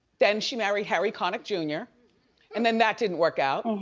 then she married harry connick jr and then that didn't work out.